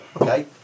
Okay